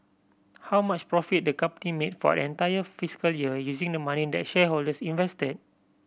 how much profit the company made for the entire fiscal year using the money that shareholders invested